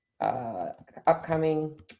upcoming